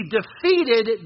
defeated